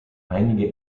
einige